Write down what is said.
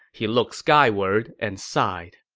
he looked skyward and sighed